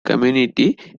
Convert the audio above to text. community